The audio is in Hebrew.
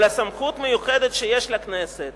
אלא בסמכות מיוחדת שיש לכנסת